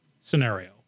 scenario